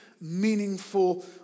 meaningful